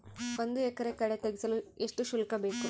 ಒಂದು ಎಕರೆ ಕಳೆ ತೆಗೆಸಲು ಎಷ್ಟು ಶುಲ್ಕ ಬೇಕು?